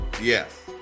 Yes